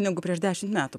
negu prieš dešimt metų